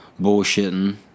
bullshitting